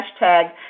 hashtag